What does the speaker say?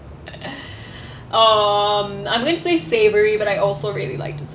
um I'm going to say savoury but I also really like dessert